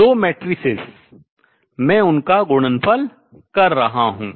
दो matrices आव्यूह मैं उनका गुणनफल कर रहा हूँ